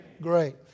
Great